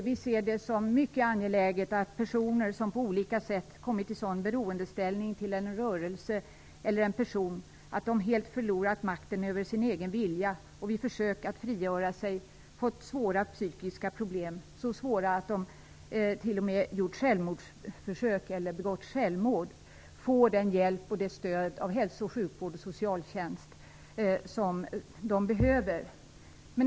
Vi ser det som mycket angeläget att personer som på olika sätt har kommit i sådan beroendeställning till en rörelse eller en person att de helt förlorat makten över sin egen vilja och vid försök att frigöra sig fått svåra psykiska problem - så svåra att de t.o.m. gjort självmordsförsök eller begått självmord - får den hjälp och det stöd av hälso och sjukvård och socialtjänst som de behöver.